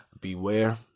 beware